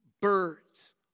birds